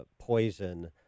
poison